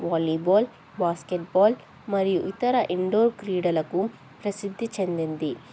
volleyball basketball మరియు ఇతర indoor క్రీడలకు ప్రసిద్ధి చెందింది